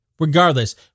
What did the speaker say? Regardless